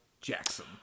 Jackson